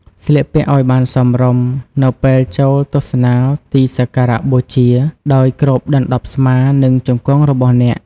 ស្លៀកពាក់ឲ្យបានសមរម្យ នៅពេលចូលទស្សនាទីសក្ការៈបូជា ដោយគ្របដណ្តប់ស្មា និងជង្គង់របស់អ្នក។